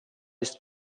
ist